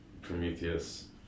Prometheus